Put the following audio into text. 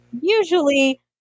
usually